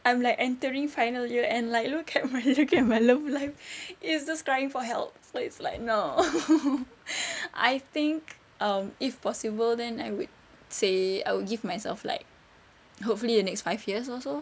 I'm like entering final year and like look at my look at my love life it's just crying for help so it's like no I think um if possible then I would say I would give myself like hopefully the next five years or so